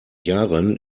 yaren